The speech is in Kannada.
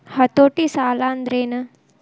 ಹತೋಟಿ ಸಾಲಾಂದ್ರೆನ್?